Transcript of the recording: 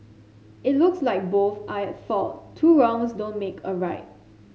it looks like both are at fault two wrongs don't make a right